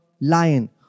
lion